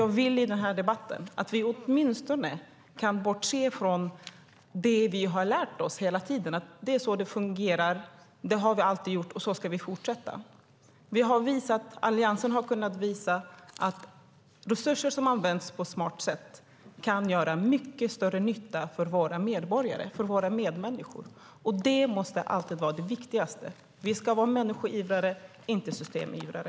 Jag vill att vi i den här debatten åtminstone kan bortse från det vi hela tiden har lärt oss, att det är så det fungerar, att det är så vi alltid har gjort och att det är så vi ska fortsätta. Alliansen har kunnat visa att resurser som används på smart sätt kan göra mycket större nytta för våra medborgare och medmänniskor. Det måste alltid vara det viktigaste. Vi ska vara människoivrare och inte systemivrare.